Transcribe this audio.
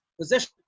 position